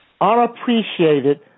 unappreciated